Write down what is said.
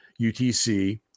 UTC